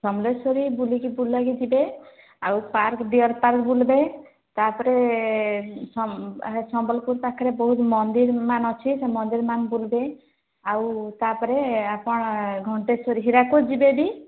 ସମଲେଶ୍ଵରୀ ବୁଲିକି ବୁଲାକି ଯିବେ ଆଉ ପାର୍କ ଡିଅର ପାର୍କ ବୁଲିବେ ତା'ପରେ ସମ ସମ୍ବଲପୁର ପାଖରେ ବହୁତ ମନ୍ଦିର୍ ମାନ ଅଛି ସେ ମନ୍ଦିର୍ ମାନ ବୁଲ୍ବେ ଆଉ ତା'ପରେ ଆପଣ ଘଣ୍ଟେଶ୍ଵରି ହୀରାକୁଦ ଯିବେ ଯଦି